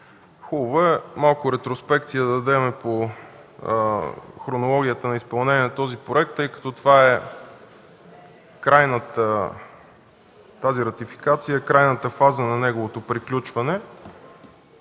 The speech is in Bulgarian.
Хубаво е малко ретроспекция да дадем по хронологията на изпълнение на този проект, тъй като тази ратификация е крайната фаза на неговото приключване,